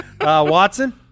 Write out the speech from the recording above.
Watson